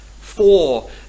four